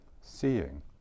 seeing